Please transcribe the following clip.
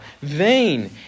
vain